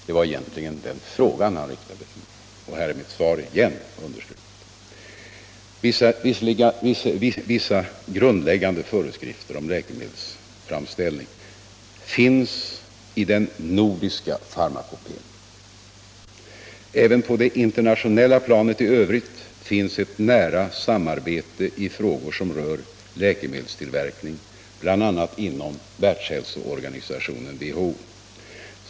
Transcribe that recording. Herr Hörberg riktade en fråga om det till mig, och här är alltså mitt svar igen. Vissa grundläggande föreskrifter om läkemedelsframställning finns i den nordiska farmakopén. Även på det internationella planet i övrigt förekommer ett nära samarbete i frågor som rör läkemedelstillverkning, bl.a. inom världshälsovårdsorganisationen .